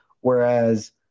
Whereas